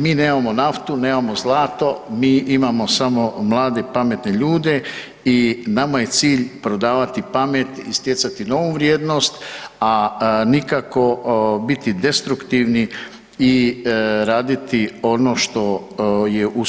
Mi nemamo naftu, nemamo zlato, mi imamo samo mlade i pametne ljude i nama je cilj prodavati pamet i stjecati novu vrijednost, a nikako biti destruktivni i raditi ono što je u